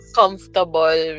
comfortable